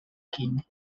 king